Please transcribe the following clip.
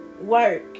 work